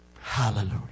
Hallelujah